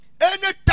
Anytime